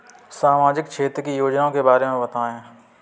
सामाजिक क्षेत्र की योजनाओं के बारे में बताएँ?